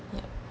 yup